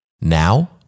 Now